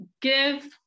give